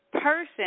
person